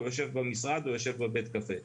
או יושב במשרד או יושב בבית קפה?